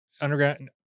underground